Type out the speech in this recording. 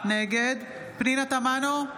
נגד פנינה תמנו,